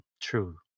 True